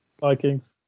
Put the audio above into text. Vikings